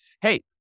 hey